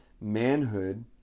Manhood